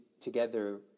together